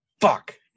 Fuck